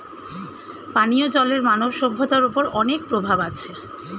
পানিও জলের মানব সভ্যতার ওপর অনেক প্রভাব আছে